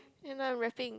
and I'm rapping